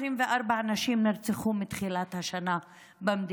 24 נשים נרצחו במדינה מתחילת השנה,